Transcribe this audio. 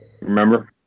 Remember